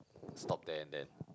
stop there and then